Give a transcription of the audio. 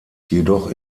jedoch